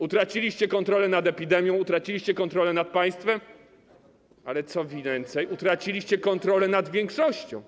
Utraciliście kontrolę nad epidemią, utraciliście kontrolę nad państwem, ale - co więcej - utraciliście kontrolę nad większością.